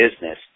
business